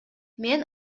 мен